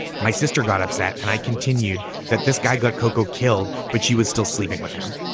my sister got upset and i continued that this guy got coco killed, but she was still sleeping with him.